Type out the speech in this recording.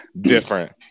Different